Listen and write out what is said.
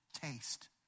taste